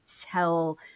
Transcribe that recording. tell